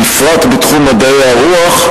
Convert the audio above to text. בפרט בתחום מדעי הרוח,